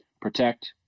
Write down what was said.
protect